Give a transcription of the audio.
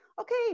Okay